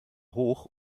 hoch